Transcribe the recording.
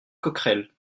coquerel